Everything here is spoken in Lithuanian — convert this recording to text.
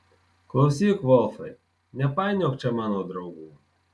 klausyk volfai nepainiok čia mano draugų